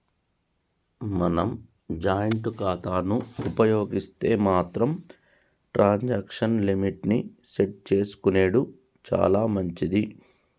మనం జాయింట్ ఖాతాను ఉపయోగిస్తే మాత్రం ట్రాన్సాక్షన్ లిమిట్ ని సెట్ చేసుకునెడు చాలా మంచిది